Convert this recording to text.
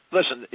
Listen